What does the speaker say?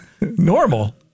normal